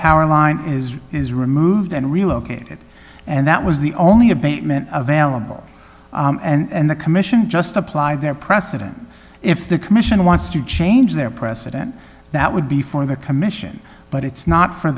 power line is is removed and relocated and that was the only abatement available and the commission just applied their precedent if the commission wants to change their precedent that would be for the commission but it's not for